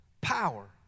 power